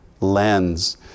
lens